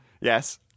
Yes